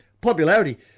Popularity